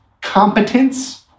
competence